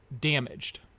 damaged